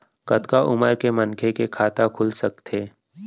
कतका उमर के मनखे के खाता खुल सकथे?